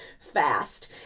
fast